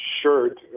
shirt